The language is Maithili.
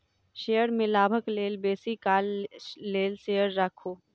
शेयर में लाभक लेल बेसी काल लेल शेयर राखू